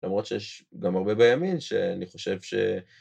למרות שיש גם הרבה בימים שאני חושב ש...